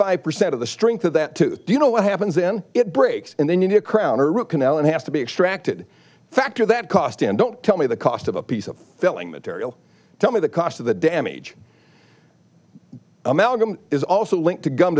five percent of the strength of that to do you know what happens then it breaks and then you need a crown or a root canal and has to be extracted factor that cost and don't tell me the cost of a piece of filling material tell me the cost of the damage amalgam is also linked to gum